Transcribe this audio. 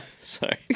Sorry